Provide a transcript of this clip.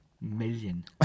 million